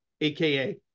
aka